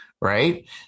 right